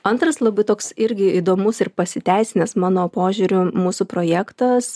antras labai toks irgi įdomus ir pasiteisinęs mano požiūriu mūsų projektas